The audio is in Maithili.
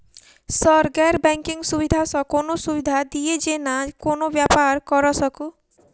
सर गैर बैंकिंग सुविधा सँ कोनों सुविधा दिए जेना कोनो व्यापार करऽ सकु?